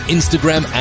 Instagram